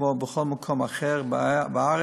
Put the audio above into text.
כמו בכל מקום אחר בארץ,